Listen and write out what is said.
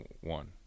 one